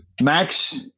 Max